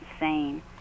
insane